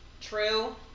True